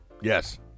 Yes